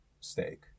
steak